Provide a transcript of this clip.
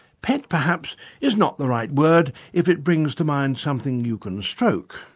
pet perhaps is not the right word if it brings to mind something you can stroke,